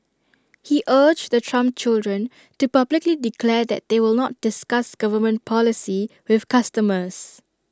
he urged the Trump children to publicly declare that they will not discuss government policy with customers